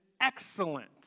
excellent